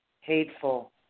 hateful